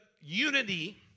unity